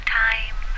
time